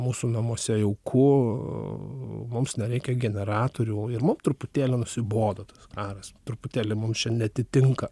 mūsų namuose jauku mums nereikia generatorių ir mum truputėlį nusibodo tas karas truputėlį mums čia neatitinka